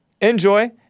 Enjoy